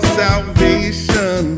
salvation